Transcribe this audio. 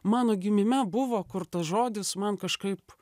mano gimime buvo kurtas žodis man kažkaip